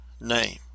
name